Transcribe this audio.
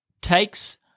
takes